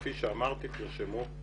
כפי שאמרת, תרשמו,